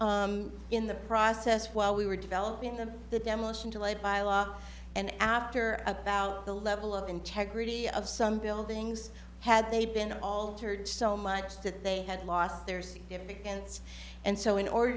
questions in the process while we were developing them the demolition delayed by a lot and after about the level of integrity of some buildings had they been altered so much that they had lost their significance and so in order